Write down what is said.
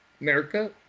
America